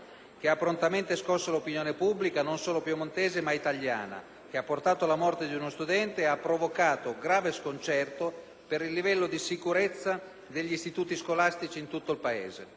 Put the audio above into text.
che ha profondamente scosso l'opinione pubblica non solo piemontese ma italiana, che ha portato alla morte di uno studente e ha provocato grave sconcerto per il livello di sicurezza degli istituti scolastici in tutto il Paese.